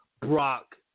Brock